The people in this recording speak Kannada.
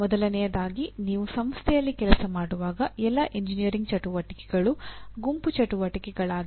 ಮೊದಲನೆಯದಾಗಿ ನೀವು ಸಂಸ್ಥೆಯಲ್ಲಿ ಕೆಲಸ ಮಾಡುವಾಗ ಎಲ್ಲಾ ಎಂಜಿನಿಯರಿಂಗ್ ಚಟುವಟಿಕೆಗಳು ಗುಂಪು ಚಟುವಟಿಕೆಗಳಾಗಿವೆ